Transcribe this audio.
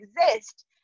exist